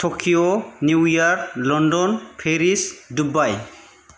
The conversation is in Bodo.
Tokyo New York London Paris Dubai